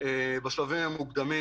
בשלבים המוקדמים.